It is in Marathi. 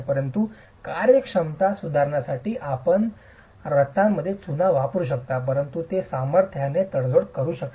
परंतु कार्यक्षमता सुधारण्यासाठी आपण रचनामध्ये चुना वापरू शकता परंतु ते सामर्थ्याने तडजोड करू शकते